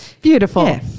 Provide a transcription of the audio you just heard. beautiful